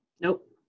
Nope